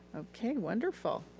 okay, wonderful.